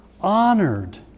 honored